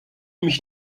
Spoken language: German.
mich